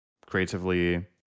creatively